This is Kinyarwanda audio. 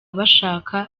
bashaka